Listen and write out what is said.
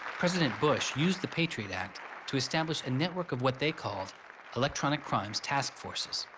president bush used the patriot act to establish a network of what they called electronic crimes task forces.